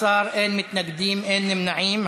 בעד, 16, אין מתנגדים ואין נמנעים.